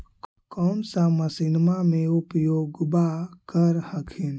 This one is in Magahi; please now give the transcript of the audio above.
कौन सा मसिन्मा मे उपयोग्बा कर हखिन?